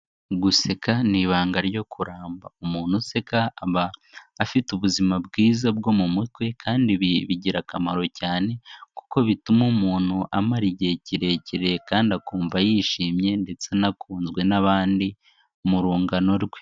Guseka ni ibanga ryo kuramba, umuntu useka aba afite ubuzima bwiza bwo mu mutwe kandi bigira akamaro cyane kuko bituma umuntu amara igihe kirekire kandi akumva yishimye ndetse anakunzwe n'abandi, mu rungano rwe.